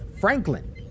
Franklin